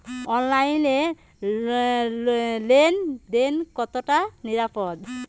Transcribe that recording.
অনলাইনে লেন দেন কতটা নিরাপদ?